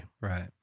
Right